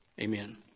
Amen